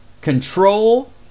control